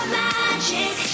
magic